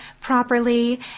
properly